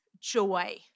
joy